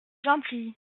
gentille